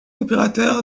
opérateur